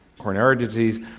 coronary disease.